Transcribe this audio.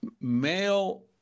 male